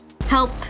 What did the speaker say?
help